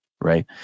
Right